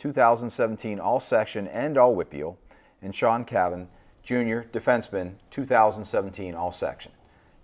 two thousand and seventeen all section end all with beal and shawn cabin junior defenseman two thousand and seventeen all section